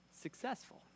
successful